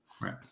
Right